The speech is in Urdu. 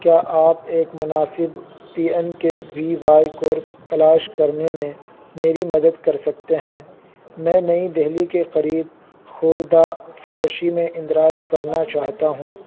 کیا آپ ایک مناسب P M K V Y course تلاش کرنے میں میری مدد کر سکتے ہیں میں نئی دہلی کے قریب خوردہ فروشی میں اندراج کرنا چاہتا ہوں